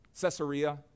Caesarea